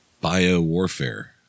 Bio-warfare